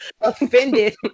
offended